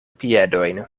piedojn